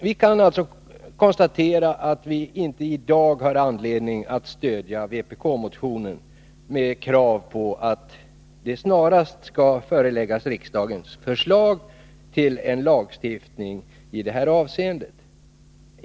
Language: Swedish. Vi har alltså i dag inte någon anledning att stödja vpk-motionens krav på att riksdagen snarast skall föreläggas förslag till lagstiftning i detta avseende.